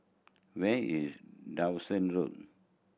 where is Dawson Road